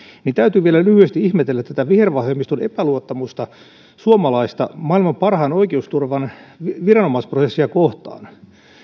niin täytyy vielä lyhyesti ihmetellä tätä vihervasemmiston epäluottamusta suomalaista maailman parhaan oikeusturvan viranomaisprosessia kohtaan